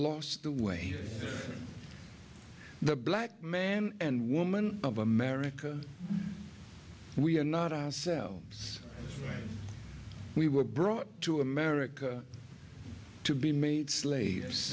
lost the way the black man and woman of america we are not ourselves we were brought to america to be made